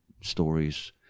stories